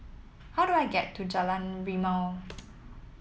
how do I get to Jalan Rimau